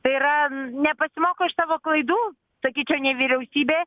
tai yra nepasimoko iš savo klaidų sakyčiau nei vyriausybė